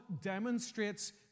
demonstrates